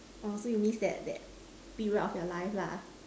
orh so you miss that that period of your life lah